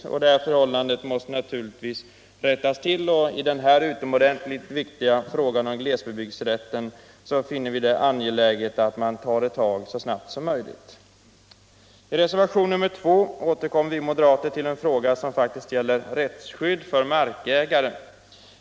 Detta förhållande måste naturligtvis rättas till. I den utomordentligt viktiga frågan om glesbebyggelserätten finner vi det angeläget att man tar ett tag så snabbt som möjligt. I reservationen 2 återkommer vi moderater till en fråga, som gäller rättsskydd för markägare.